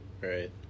right